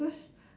because